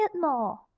more